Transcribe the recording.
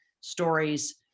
stories